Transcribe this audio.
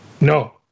No